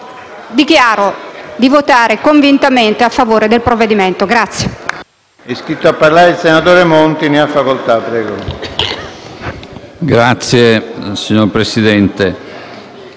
dichiaro di votare convintamente a favore del provvedimento.